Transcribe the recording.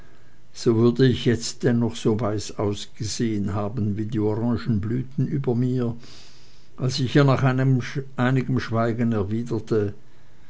so würde ich jetzt dennoch so weiß ausgesehen haben wie die orangeblüten über mir als ich ihr nach einigem schweigen erwidert